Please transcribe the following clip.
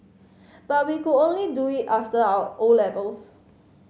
but we could only do it after our O levels